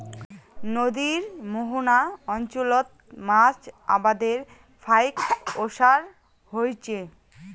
নদীর মোহনা অঞ্চলত মাছ আবাদের ফাইক ওসার হইচে